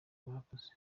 murakoze